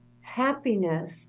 happiness